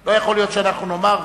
לא יכול להיות שאנחנו נאמר,